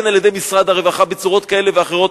על-ידי משרד הרווחה בצורות כאלה ואחרות,